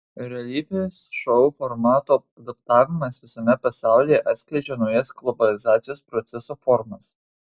realybės šou formatų adaptavimas visame pasaulyje atskleidžia naujas globalizacijos proceso formas